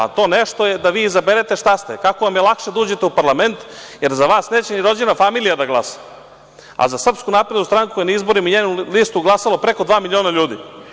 A to nešto je da vi izaberete šta ste, kako vam je lakše da uđete u parlament, jer za vas neće ni rođena familija da glasa, a za SNS je na izborima i njenu listu glasalo preko dva miliona ljudi.